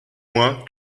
moi